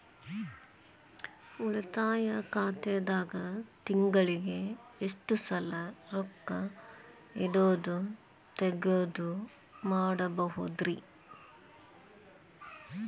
ಉಳಿತಾಯ ಖಾತೆದಾಗ ತಿಂಗಳಿಗೆ ಎಷ್ಟ ಸಲ ರೊಕ್ಕ ಇಡೋದು, ತಗ್ಯೊದು ಮಾಡಬಹುದ್ರಿ?